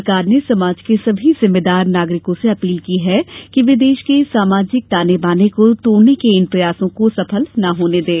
सरकार ने समाज के सभी जिम्मेदार नागरिकों से अपील की है कि वे देश के सामाजिक ताने बाने को तोड़ने के इन प्रयासों को सफल न होने दें